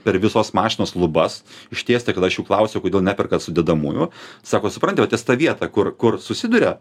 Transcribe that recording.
per visos mašinos lubas ištiesti kada aš jų klausiau kodėl neperkat sudedamųjų sako supranti va ties ta vieta kur kur susiduria